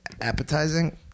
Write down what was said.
appetizing